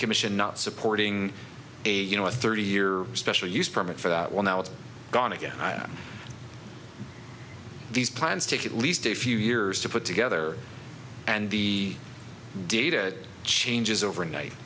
commission not supporting a you know a thirty year special use permit for that well now it's gone again these plans take at least a few years to put together and the data changes overnight